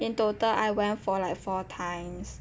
in total I went for like four times